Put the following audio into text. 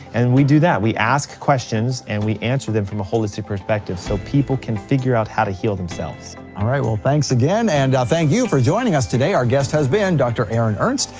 and we do that, we ask questions and we answer them from a holistic perspective, so people can figure out how to heal themselves alright, well thanks again, and thank you for joining us today, our guest has been dr. aaron ernst,